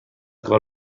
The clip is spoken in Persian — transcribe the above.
کار